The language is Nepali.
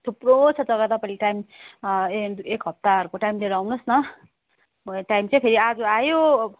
थुप्रो छ जग्गा तपाईँले टाइम एक हप्ताहरूको टाइम लिएर आउनुहोस् न टाइम चाहिँ फेरि आज आयो